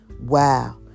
Wow